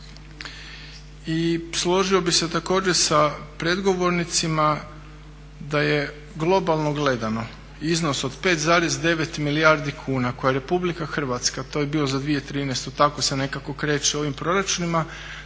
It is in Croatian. I složio bih se također sa predgovornicima da je globalno gledano iznos od 5,9 milijardi kuna koje Republika Hrvatska, to je bilo za 2013., tako se nekako kreće u ovim proračunima,